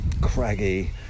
craggy